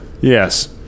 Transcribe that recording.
Yes